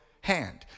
hand